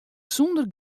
sonder